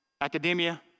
academia